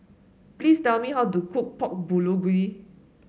please tell me how to cook Pork Bulgogi